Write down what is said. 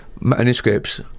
manuscripts